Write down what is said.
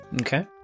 Okay